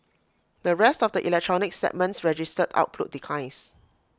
the rest of the electronics segments registered output declines